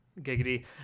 giggity